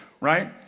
right